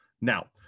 Now